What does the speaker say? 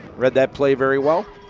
read that play very well.